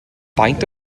faint